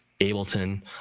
Ableton